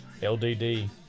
LDD